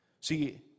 See